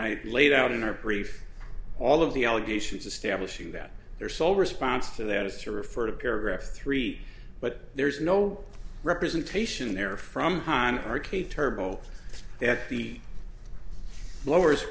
i laid out in our brief all of the allegations establishing that their sole response to that is to refer to paragraph three but there's no representation there from hina r k turmel that he lowe